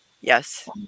Yes